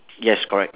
yes correct